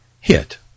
hit